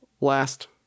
last